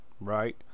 right